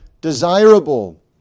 desirable